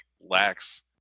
lacks